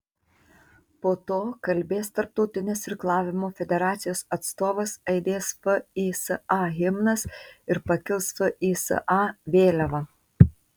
po to kalbės tarptautinės irklavimo federacijos atstovas aidės fisa himnas ir pakils fisa vėliava